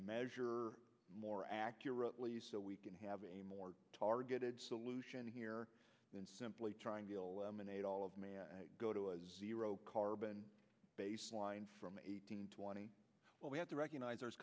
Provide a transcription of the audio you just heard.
measure more accurately so we can have a more targeted solution here than simply trying to lemonade all of man go to a zero carbon baseline from eighteen to twenty but we have to recognize there's